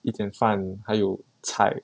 一点饭还有菜